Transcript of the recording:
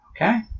Okay